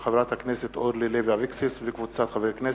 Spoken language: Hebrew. של חברת הכנסת אורלי לוי אבקסיס וקבוצת חברי הכנסת,